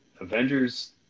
Avengers